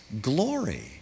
glory